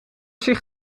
zich